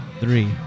Three